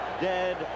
dead